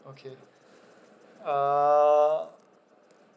okay uh